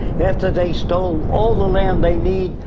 after they stole all the land they need,